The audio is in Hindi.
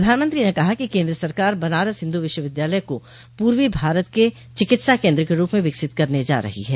प्रधानमंत्री ने कहा कि केन्द्र सरकार बनारस हिन्दू विश्वविद्यालय को पूर्वी भारत क चिकित्सा केन्द्र के रूप में विकसित करने जा रही है